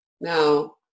Now